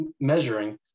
measuring